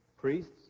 priests